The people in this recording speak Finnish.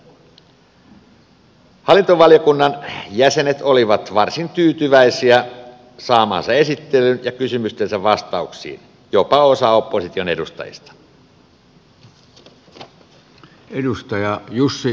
hallintovaliokunnan jäsenet olivat varsin tyytyväisiä saamaansa esittelyyn ja kysymystensä vastauksiin jopa osa opposition edustajista